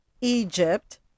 Egypt